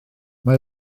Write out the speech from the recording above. mae